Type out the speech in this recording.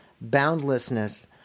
boundlessness